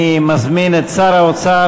אני מזמין את שר האוצר,